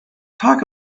talk